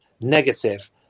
negative